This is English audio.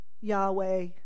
Yahweh